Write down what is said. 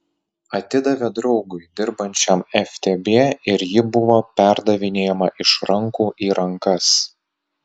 atidavė draugui dirbančiam ftb ir ji buvo perdavinėjama iš rankų į rankas